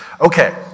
Okay